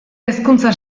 hezkuntza